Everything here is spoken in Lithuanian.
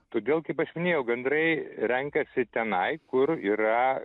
todėl kaip aš minėjau gandrai renkasi tenai kur yra